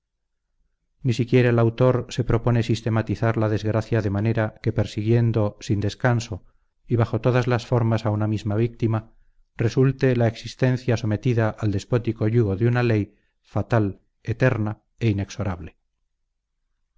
ni siquiera el autor se propone sistematizar la desgracia de manera que persiguiendo sin descanso y bajo todas las formas a una misma víctima resulte la existencia sometida al despótico yugo de una ley fatal eterna e inexorable